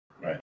Right